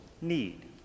need